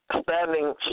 standing